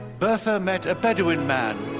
bertha met a bedouin man,